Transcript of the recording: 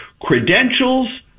credentials